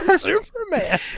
Superman